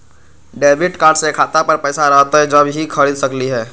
Debit card से खाता पर पैसा रहतई जब ही खरीद सकली ह?